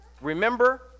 Remember